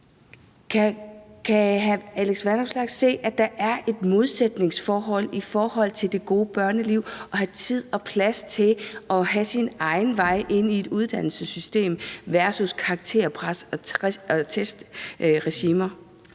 Kan hr. Alex Vanopslagh se, at der er et modsætningsforhold til det gode børneliv – at have tid og plads til at finde sin egen vej ind i et uddannelsessystem versus karakterpres og testregimer?